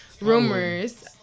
rumors